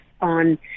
on